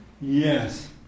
Yes